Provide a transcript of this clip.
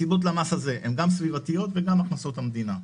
הסיבות למס הזה הן גם סביבתיות וגם הכנסות למדינה.